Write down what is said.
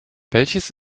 welches